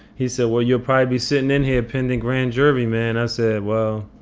he said, well, you'll probably be sitting in here pending grand jury, man. i said, well,